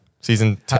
season